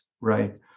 right